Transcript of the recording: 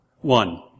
one